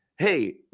Hey